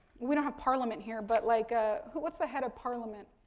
we don't have parliament here, but like ah what's the head of parliament?